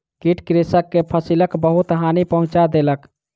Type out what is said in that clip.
कीट कृषक के फसिलक बहुत हानि पहुँचा देलक